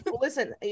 Listen